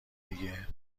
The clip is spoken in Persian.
دیگه